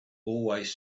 always